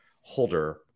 holder